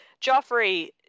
Joffrey